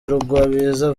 rugwabiza